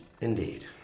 Indeed